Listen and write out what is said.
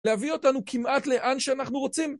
להביא אותנו כמעט לאן שאנחנו רוצים.